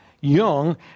young